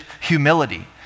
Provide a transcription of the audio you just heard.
humility